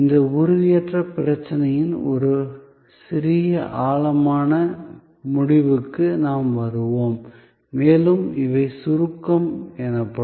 இந்த உறுதியற்ற பிரச்சனையின் ஒரு சிறிய ஆழமான முடிவுக்கு நாம் வருவோம் மேலும் இவை சுருக்கம் எனப்படும்